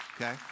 Okay